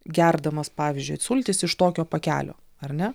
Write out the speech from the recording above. gerdamas pavyzdžiui sultis iš tokio pakelio ar ne